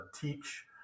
teach